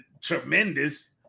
tremendous